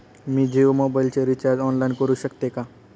मी जियो मोबाइलचे recharge online करू शकते का?